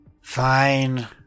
Fine